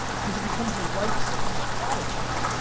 cause it becomes your life's strategy,